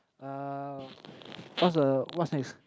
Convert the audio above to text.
uh what's the what's next